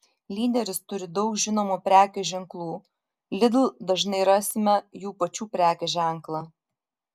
lyderis turi daug žinomų prekės ženklų lidl dažnai rasime jų pačių prekės ženklą